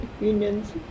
unions